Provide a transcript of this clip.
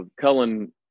Cullen